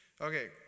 Okay